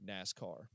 nascar